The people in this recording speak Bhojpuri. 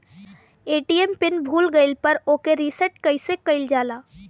ए.टी.एम पीन भूल गईल पर ओके रीसेट कइसे कइल जाला?